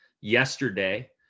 yesterday